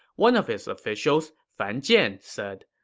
one of his officials, fan jian, said,